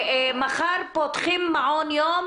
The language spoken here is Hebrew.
מחר פותחים מעון יום,